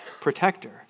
protector